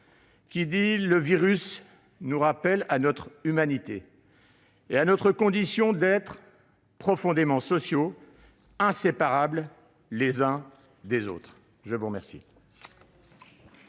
Morin :« Le virus nous rappelle à notre humanité et à notre condition d'êtres profondément sociaux, inséparables les uns des autres. » La parole